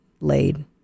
laid